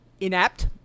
inapt